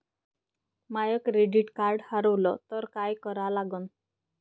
माय credit card हारवलं तर काय करा लागन?